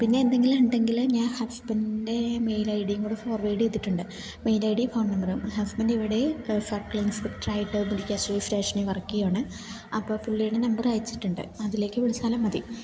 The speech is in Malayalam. പിന്നെ എന്തെങ്കിലും ഉണ്ടെങ്കില് ഞാൻ ഹസ്ബന്റിൻ്റെ മെയിൽ ഐഡിയും കൂടെ ഫോർവേഡ് ചെയ്തിട്ടുണ്ട് മെയിൽ ഐ ഡി ഫോൺ നമ്പറും ഹസ്ബൻഡ് ഇവിടെ സർക്കിൾ ഇൻസ്പെക്ടട്രായിട്ട് മുരിക്കാശ്ശേരി സ്റ്റേഷനിൽ വർക്ക് ചെയ്യുകയാണ് അപ്പം പുള്ളിയുടെ നമ്പർ അയച്ചിട്ടുണ്ട് അതിലേക്ക് വിളിച്ചാലും മതി